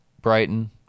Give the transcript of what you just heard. Brighton